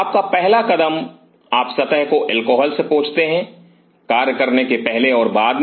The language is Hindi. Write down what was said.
आपका पहला कदम आप सतह को अल्कोहल से पोंछते हैं कार्य के पहले और बाद में